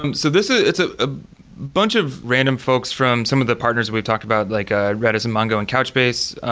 um so ah it's ah a bunch of random folks from some of the partners we've talked about, like ah redis and mongo and couchbase,